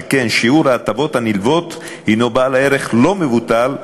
שכן שיעור ההטבות הנלוות הנו בעל ערך לא מבוטל,